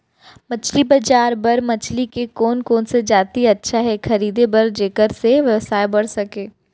मछली बजार बर मछली के कोन कोन से जाति अच्छा हे खरीदे बर जेकर से व्यवसाय बढ़ सके?